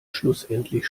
schlussendlich